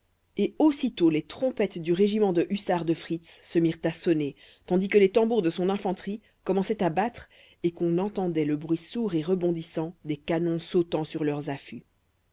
et aussitôt les trompettes du régiment de hussards de fritz se mirent à sonner tandis que les tambours de son infanterie commençaient à battre et qu'on entendait le bruit sourd et rebondissant des canons sautant sur leurs affûts